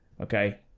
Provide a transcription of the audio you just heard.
okay